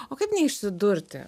o kaip neišsidurti